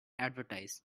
advertise